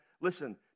Listen